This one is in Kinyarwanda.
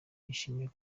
yishimiye